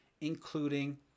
including